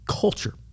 culture